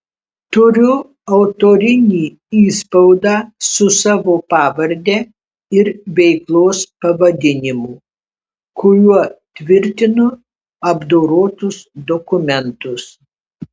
turiu autorinį įspaudą su savo pavarde ir veiklos pavadinimu kuriuo tvirtinu apdorotus dokumentus